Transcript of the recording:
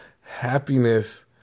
happiness